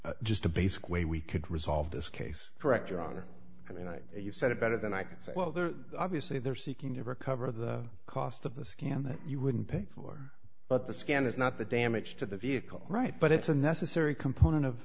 just a basic way we could resolve this case correct your honor and you know you said it better than i can say well they're obviously they're seeking to recover the cost of the scan that you wouldn't pay for but the scan is not the damage to the vehicle right but it's a necessary component